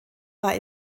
war